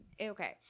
Okay